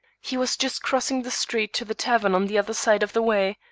he was just crossing the street to the tavern on the other side of the way.